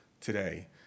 today